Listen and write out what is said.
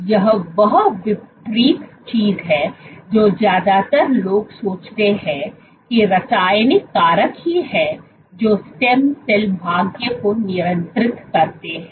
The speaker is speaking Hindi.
यह वह विपप्रीत चीज है जो ज्यादातर लोग सोचते हैं कि रासायनिक कारक ही हैं जो स्टेम सेल भाग्य को नियंत्रित करते हैं